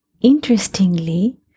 interestingly